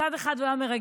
מצד אחד הוא היה מרגש,